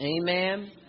Amen